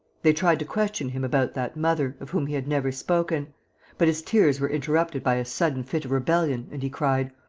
they tried to question him about that mother, of whom he had never spoken but his tears were interrupted by a sudden fit of rebellion and he cried